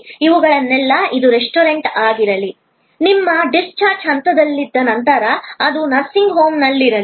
ಇವೆಲ್ಲವೂ ಇದು ರೆಸ್ಟೋರೆಂಟ್ ಆಗಿರಲಿ ನಿಮ್ಮ ಡಿಸ್ಚಾರ್ಜ್ ಹಂತದಲ್ಲಿದ್ದ ನಂತರ ಅದು ನರ್ಸಿಂಗ್ ಹೋಂನಲ್ಲಿರಲಿ